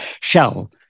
shell